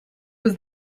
was